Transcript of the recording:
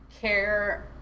care